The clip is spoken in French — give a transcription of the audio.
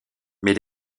mais